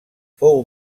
fou